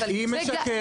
היא משקרת.